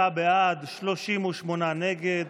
49 בעד, 38 נגד.